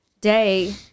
day